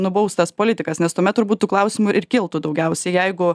nubaustas politikas nes tuomet turbūt tų klausimų ir kiltų daugiausiai jeigu